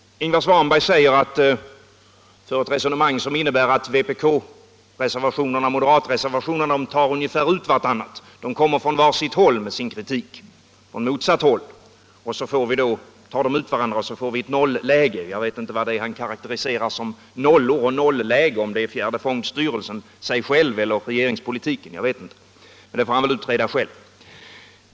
Ingvar Svanberg för ett resonemang som innebär att vpk-reservationen och moderatreservationen ungefär tar ut varandra. De kommer från motsatta håll med sin kritik, och så får vi ett nolläge. Jag vet inte vad det är han karakteriserar som noll och nolläge — om det är fjärde fondstyrelsen, sig själv eller regeringspolitiken, men det får han väl utreda själv.